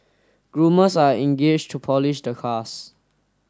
groomers are engaged to polish the cars